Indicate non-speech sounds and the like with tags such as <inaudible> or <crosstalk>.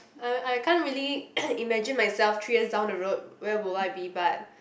uh I can't really <coughs> imagine myself three years down the road where will I be but